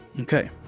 Okay